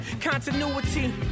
continuity